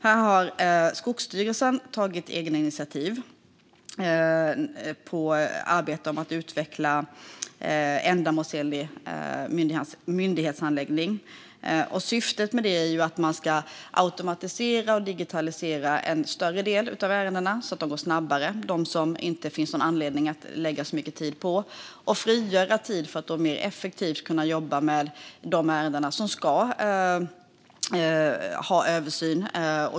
Här har Skogsstyrelsen tagit egna initiativ för att utveckla ändamålsenlig myndighetshandläggning, och syftet med det är ju att automatisera och digitalisera en större del av ärendena, så att de går snabbare. Det handlar om de ärenden som det inte finns någon anledning att lägga så mycket tid på. Då frigör man tid för att mer effektivt kunna jobba med de ärenden som ska ha översyn.